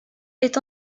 est